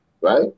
Right